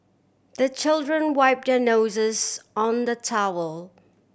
the children wipe their noses on the towel